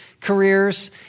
careers